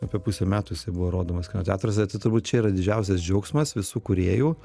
apie pusę metų jisai buvo rodomas kino teatruose tai turbūt čia yra didžiausias džiaugsmas visų kūrėjų